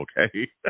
Okay